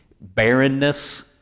barrenness